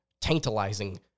tantalizing